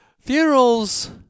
Funerals